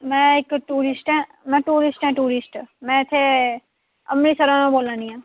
मै इक टूरिस्ट ऐं मैं टूरिस्ट ऐ टूरिस्ट मैं इत्थें अमृतसरा दा बोला नी आं